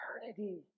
eternity